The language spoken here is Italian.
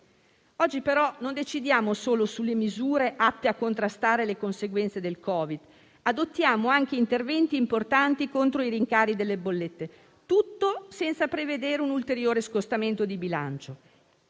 Oggi però non decidiamo solo sulle misure atte a contrastare le conseguenze del Covid, ma adottiamo anche interventi importanti contro i rincari delle bollette, tutto senza prevedere un ulteriore scostamento di bilancio.